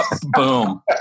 Boom